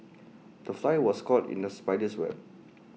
the fly was caught in the spider's web